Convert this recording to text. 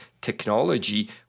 technology